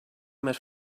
més